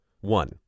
One